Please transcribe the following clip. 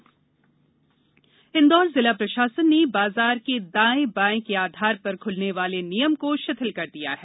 Indore lockdown Indore जिला प्रषासन ने बाजार के दाएं बाएं के आधार पर खुलने वाले नियम को षिथिल कर दिया है